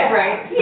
right